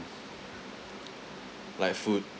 like food